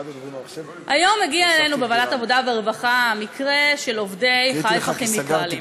היום הגיע אלינו לוועדת העבודה והרווחה המקרה של עובדי "חיפה כימיקלים".